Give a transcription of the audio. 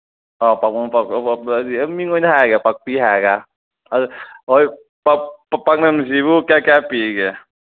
ꯑꯥ ꯄꯥꯛꯅꯝ ꯃꯤꯡ ꯑꯣꯏꯅ ꯍꯥꯏꯔꯒꯦ ꯄꯥꯛꯄꯤ ꯍꯥꯏꯔꯒ ꯑꯗꯨ ꯍꯣꯏ ꯄꯥꯛꯅꯝꯁꯤꯕꯨ ꯀꯌꯥ ꯀꯌꯥ ꯄꯤꯒꯦ